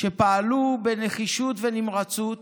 שפעלו בנחישות ובנמרצות